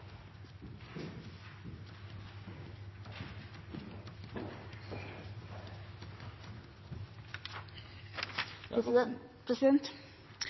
Ja.